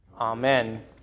Amen